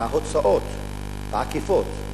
ההוצאות העקיפות,